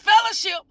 fellowship